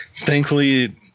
Thankfully